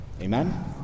Amen